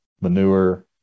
manure